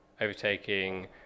overtaking